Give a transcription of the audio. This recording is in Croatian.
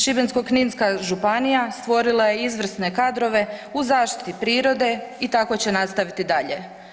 Šibensko-kninska županija stvorila je izvrsne kadrove u zaštiti prirode i tako će nastaviti dalje.